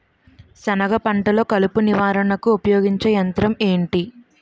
సెనగ పంటలో కలుపు నివారణకు ఉపయోగించే యంత్రం ఏంటి?